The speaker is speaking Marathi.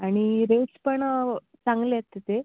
आणि रेट्स पण चांगले आहेत तिथे